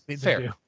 fair